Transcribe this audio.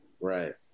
Right